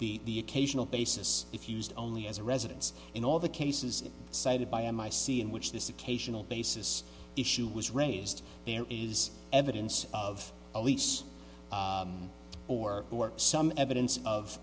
the the occasional basis if used only as a residence in all the cases cited by am i see in which this occasional basis issue was raised there is evidence of a lease or were some evidence of